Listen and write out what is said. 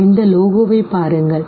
இந்த லோகோவைப் பாருங்கள் சரி